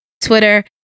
Twitter